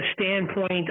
standpoint